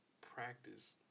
practice